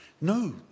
No